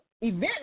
event